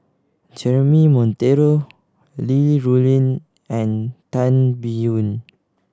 Jeremy Monteiro Li Rulin and Tan Biyun